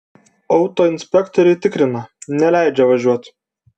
autoinspektoriai tikrina neleidžia važiuot